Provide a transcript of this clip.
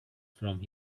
from